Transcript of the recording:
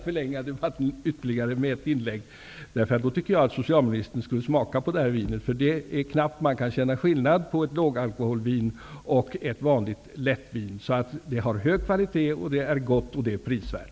Fru talman! Då tycker jag att socialministern skulle smaka på vinet. Det är knappt man kan känna skillnad på ett lågalkoholvin och ett vanligt lättvin. Det har hög kvalitet, det är gott och det är prisvärt.